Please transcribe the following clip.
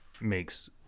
makes